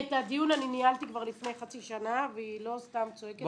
את הדיון אני ניהלתי כבר לפני חצי שנה והיא לא סתם צועקת כאן.